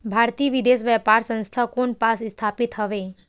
भारतीय विदेश व्यापार संस्था कोन पास स्थापित हवएं?